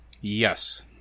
Yes